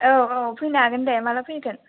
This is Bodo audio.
औ औ फैनो हागोन दे माला फैगोन